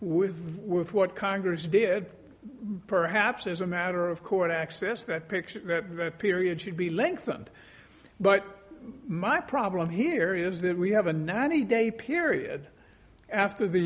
disagree with with what congress did perhaps as a matter of court access that picture that period should be lengthened but my problem here is that we have a ninety day period after the